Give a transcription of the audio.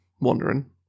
wandering